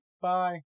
bye